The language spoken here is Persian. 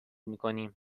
میکنیم